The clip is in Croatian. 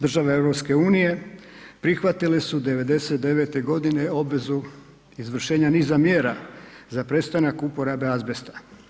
Države EU prihvatile su 99. g. obvezu izvršenja niza mjera za prestanak uporabe azbesta.